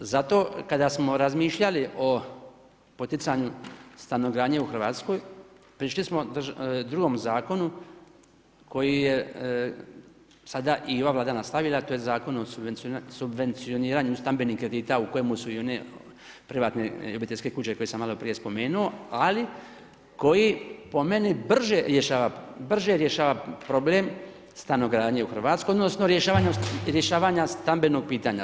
Zato kada smo razmišljali o poticanju stanogradnje u Hrvatskoj prišli smo drugom zakonu koji je sada i ova Vlada nastavila, to je Zakon o subvencioniranju stambenih kredita u kojima su i one privatne obiteljske kuće koje sam maloprije spomenuo, ali koji po meni brže rješava problem stanogradnje u Hrvatskoj odnosno rješavanja stambenog pitanja.